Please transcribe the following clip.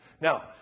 Now